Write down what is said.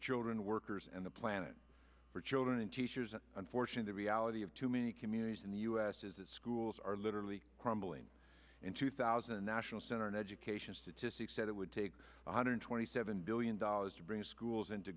children workers and the planet for children and teachers an unfortunate the reality of too many communities in the us is that schools are literally crumbling in two thousand and national center in education statistics said it would take one hundred twenty seven billion dollars to bring schools into